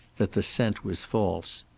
that the scent was false.